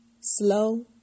slow